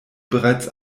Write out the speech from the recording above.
bereits